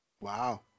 Wow